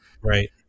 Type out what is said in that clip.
Right